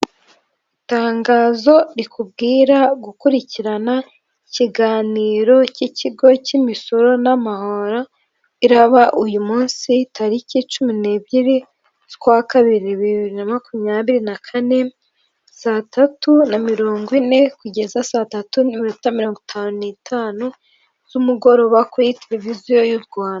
Itangazo rikubwira gukurikirana ikiganiro cy'ikigo cy'imisoro n'amahoro, iriba uyu munsi tariki cumi n'ebyiri z'ukwa kabiri bibiri na makumyabiri na kane, saa tatu na mirongo ine, kugeza saa tatu n'iminota mirongo itanu n'itanu z'umugoroba kuri televiziyo y'u Rwanda.